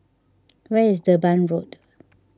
where is Durban Road